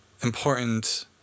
important